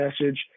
message